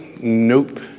Nope